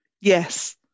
Yes